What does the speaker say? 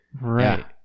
Right